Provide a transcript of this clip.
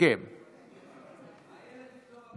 כבוד היושב-ראש,